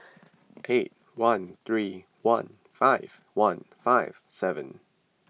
eight one three one five one five seven